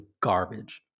garbage